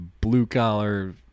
blue-collar